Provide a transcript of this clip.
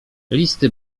listy